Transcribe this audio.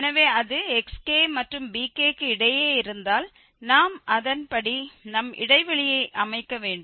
எனவே அது xk மற்றும் bk க்கு இடையே இருந்தால் நாம் அதன்படி நம் இடைவெளியை அமைக்க வேண்டும்